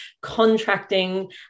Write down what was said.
contracting